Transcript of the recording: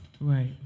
Right